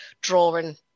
drawing